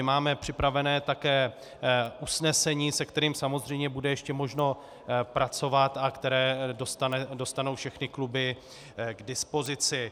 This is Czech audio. Máme připravené také usnesení, se kterým samozřejmě bude ještě možno pracovat a které dostanou všechny kluby k dispozici.